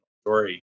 story